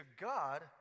God